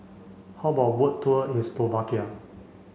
how about a boat tour in Slovakia